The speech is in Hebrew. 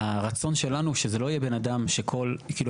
הרצון שלנו שזה לא יהיה בן אדם שכל כאילו,